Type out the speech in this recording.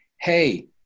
Hey